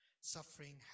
suffering